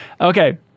Okay